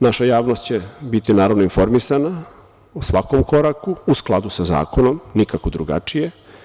Naša javnost će biti, naravno, informisana o svakom koraku, u skladu sa zakonom, nikako drugačije.